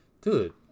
dude